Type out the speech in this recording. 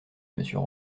monsieur